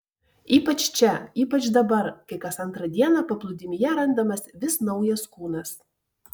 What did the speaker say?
ypač čia ypač dabar kai kas antrą dieną paplūdimyje randamas vis naujas kūnas